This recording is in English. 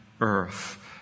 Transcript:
earth